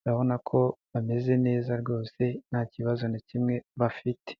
urabona ko bameze neza rwose nta kibazo na kimwe bafite.